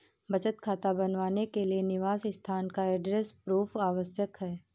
बचत खाता बनवाने के लिए निवास स्थान का एड्रेस प्रूफ आवश्यक है